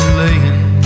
laying